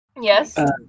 Yes